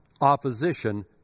opposition